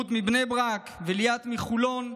רותי מבני ברק וליאת מחולון,